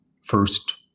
first